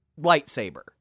lightsaber